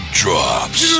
drops